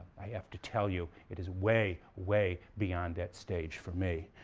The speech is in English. i have to tell you it is way, way beyond that stage for me.